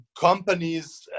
companies